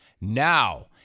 Now